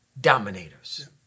dominators